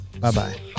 Bye-bye